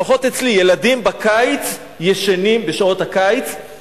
לפחות אצלי, ילדים בקיץ ישנים פחות.